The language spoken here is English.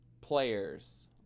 players